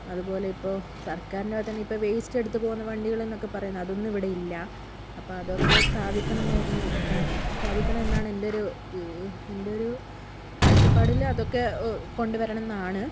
അതുപോലെ ഇപ്പോൾ സർക്കാരിന്റെ ഭാഗത്തുതന്നെ ഇപ്പോൾ വേസ്റ്റ് എടുത്തുപോകുന്ന വണ്ടികൾ എന്നൊക്കെ പറയുന്നത് അതൊന്നും ഇവിടെ ഇല്ല അപ്പോൾ അതൊക്കെ സ്ഥാപിക്കണമെന്നായിരുന്നു സ്ഥാപിക്കണം എന്നാണ് എന്റെയൊരു എന്റെയൊരു കാഴ്ചപ്പാടിൽ അതൊക്കെ കൊണ്ടുവരണമെന്നാണ്